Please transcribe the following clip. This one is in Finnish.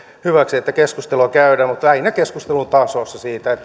hyväksi että keskustelua käydään mutta lähinnä keskustelun tasossa siitä